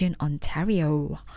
Ontario